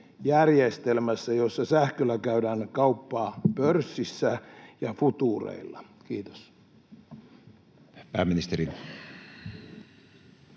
järjestelmässä, jossa sähköllä käydään kauppaa pörssissä ja futuureilla? — Kiitos.